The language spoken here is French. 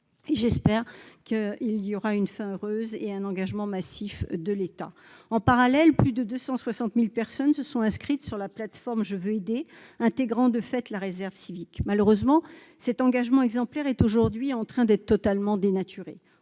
J'espère qu'il y aura une fin heureuse et un engagement massif de l'État. Parallèlement, plus de 260 000 personnes se sont inscrites sur la plateforme jeveuxaider.gouv.fr, intégrant de fait la réserve civique. Malheureusement, cet engagement exemplaire est aujourd'hui en train d'être totalement dénaturé.